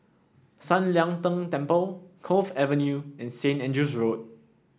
San Lian Deng Temple Cove Avenue and Saint Andrew's Road